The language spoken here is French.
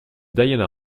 diana